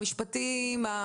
המשפטים,